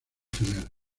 final